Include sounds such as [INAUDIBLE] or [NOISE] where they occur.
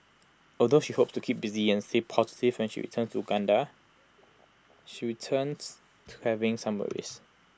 although she hopes to keep busy and stay positive when she returns to Uganda she [UNINTELLIGIBLE] to having some worries